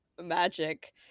magic